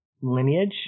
lineage